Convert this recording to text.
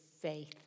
faith